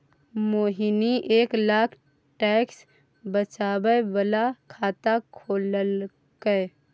मोहिनी एक लाख टैक्स बचाबै बला खाता खोललकै